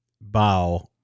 bow